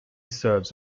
serves